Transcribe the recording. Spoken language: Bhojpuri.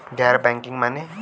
गैर बैंकिंग माने?